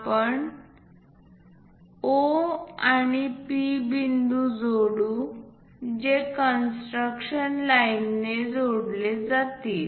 आपण O आणि P बिंदू जोडू जे कन्स्ट्रक्शन लाईनने जोडले जातील